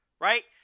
Right